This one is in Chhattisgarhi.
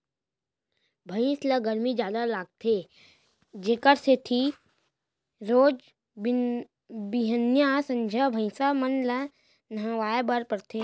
भइंस ल गरमी जादा लागथे एकरे सेती रोज बिहनियॉं, संझा भइंस मन ल नहवाए बर परथे